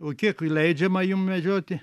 o kiek leidžiama jum medžioti